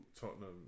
Tottenham